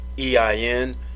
EIN